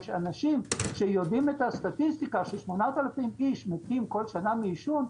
שאנשים שיודעים את הסטטיסטיקה ש-8,000 איש מתים כל שנה מעישון,